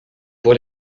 pour